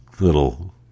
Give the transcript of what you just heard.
little